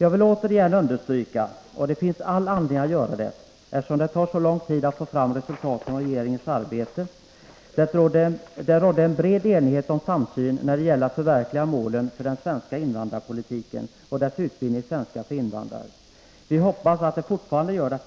Jag vill återigen understryka — och det finns all anledning att göra det, eftersom det tar så lång tid att få fram resultatet av regeringens arbete — att det rådde en bred enighet och samsyn när det gäller att förverkliga målen för den svenska invandrarpolitiken och dess utbildning i svenska för invandrare. Vi hoppas att det fortfarande gör det,